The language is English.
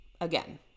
again